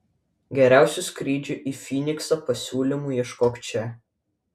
geriausių skrydžių į fyniksą pasiūlymų ieškok čia